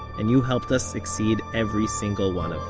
and you helped us exceed every single one of